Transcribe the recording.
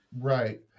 right